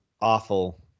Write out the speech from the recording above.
awful